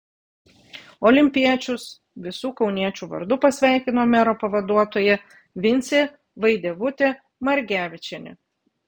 olimpiečius visų kauniečių vardu pasveikino mero pavaduotoja vincė vaidevutė margevičienė